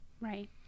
Right